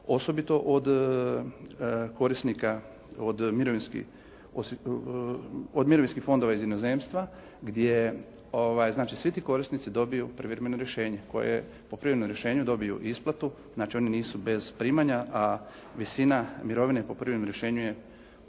osobito od korisnika od mirovinskih fondova iz inozemstva gdje znači svi ti korisnici dobiju privremeno rješenje koje po privremenom rješenju dobiju isplatu. Znači, oni nisu bez primanja, a visina mirovina po privremenom rješenju je